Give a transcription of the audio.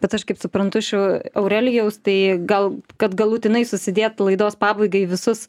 bet aš kaip suprantu šių aurelijaus tai gal kad galutinai susidėt laidos pabaigai visus